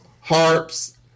harps